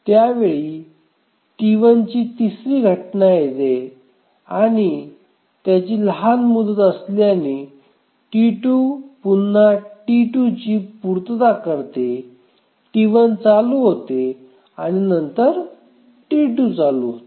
त्या वेळी T1 ची तिसरी घटना येते आणि त्याची लहान मुदत असल्याने T2 पुन्हा T2 ची पूर्तता करते T1 चालू होते आणि नंतर T2 चालू होते